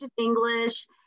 English